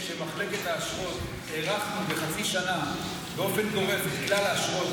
מחלקת האשרות הארכנו בחצי שנה באופן גורף את כלל האשרות